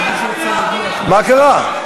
מה קרה?